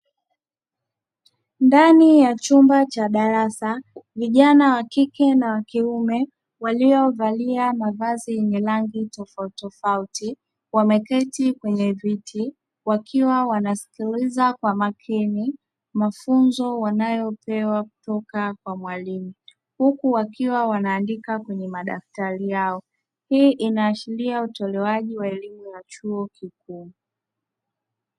Ndani ya chumba cha darasa vijana wa kike na wa kiume waliovalia mavazi yenye rangi tofautitofauti, wameketi kwenye viti wakiwa wanasikiliza kwa makini mafunzo wanayopewa kutoka kwa mwalimu, huku wakiwa wanaandika kwenye madaftari yao; hii inaashiria utolewaji wa elimu ya chuo kikuu.